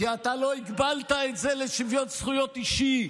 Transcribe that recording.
כי אתה לא הגבלת את זה לשוויון זכויות אישי.